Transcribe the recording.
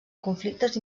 conflictes